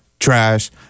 trash